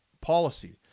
policy